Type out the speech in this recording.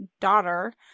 daughter